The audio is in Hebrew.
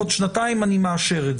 בעוד שנתיים אני מאשר.